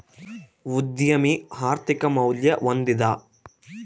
ಉದ್ಯಮಿ ಆರ್ಥಿಕ ಮೌಲ್ಯ ಹೊಂದಿದ